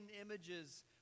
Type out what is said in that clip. images